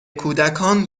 کودکان